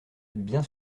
bien